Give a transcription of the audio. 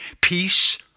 peace